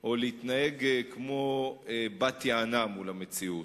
או להתנהג כמו בת-יענה מול המציאות?